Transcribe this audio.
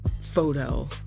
photo